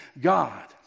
God